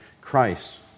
Christ